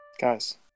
guys